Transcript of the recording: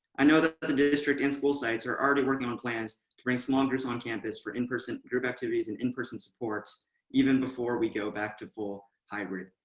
i know that the district and school sites are already working on plans to bring small groups on campus for in-person group activities and in-person supports even before we go back to full hybrid.